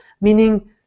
meaning